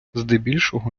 здебільшого